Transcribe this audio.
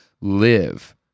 live